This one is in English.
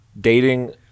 dating